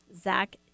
Zach